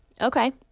Okay